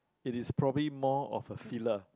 it is probably more of a filler